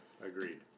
agreed